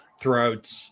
throughout